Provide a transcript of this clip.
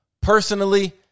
Personally